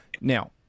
Now